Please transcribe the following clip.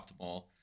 optimal